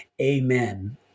amen